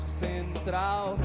central